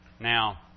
Now